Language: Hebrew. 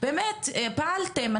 באמת פעלתם.